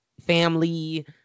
Family